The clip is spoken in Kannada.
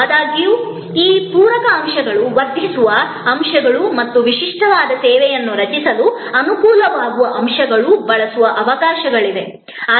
ಆದಾಗ್ಯೂ ಈ ಪೂರಕ ಅಂಶಗಳು ವರ್ಧಿಸುವ ಅಂಶಗಳು ಮತ್ತು ವಿಶಿಷ್ಟವಾದ ಸೇವೆಯನ್ನು ರಚಿಸಲು ಅನುಕೂಲವಾಗುವ ಅಂಶಗಳನ್ನು ಬಳಸಲು ಅವಕಾಶಗಳಿವೆ